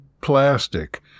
plastic